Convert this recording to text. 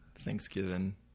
Thanksgiving